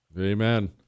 Amen